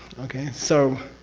okay? so,